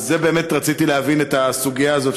באמת רציתי להבין את הסוגיה הזאת,